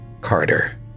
Carter